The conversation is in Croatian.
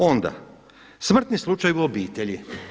Onda, smrtni slučaj u obitelji.